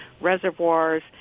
reservoirs